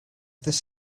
this